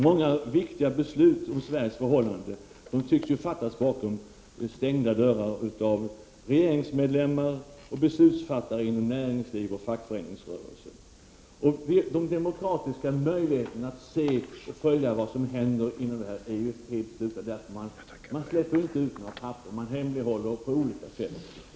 Många viktiga beslut om Sveriges förhållanden tycks ju fattas bakom stängda dörrar av regeringsmedlemmar och beslutsfattare inom näringsliv och fackföreningsrörelse. De demokratiska möjligheterna att se och följa vad som händer inom detta område är helt uteslutna. Man släpper ju inte ut några papper och allt hemlighålls.